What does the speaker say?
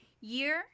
year